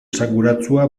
esanguratsua